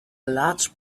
large